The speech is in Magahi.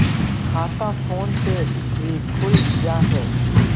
खाता फोन से भी खुल जाहै?